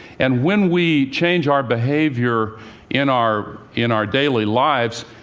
and when we change our behavior in our in our daily lives,